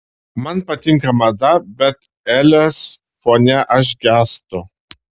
man patinka mada bet elės fone aš gęstu